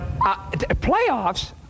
Playoffs